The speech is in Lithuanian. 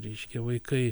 reiškia vaikai